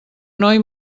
noi